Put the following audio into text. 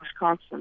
Wisconsin